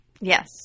Yes